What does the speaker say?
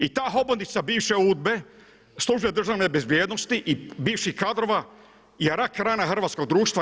I ta hobotnica bivše udbe, službe državne bezbjednosti i bivših kadrova je rak rana hrvatskog društva.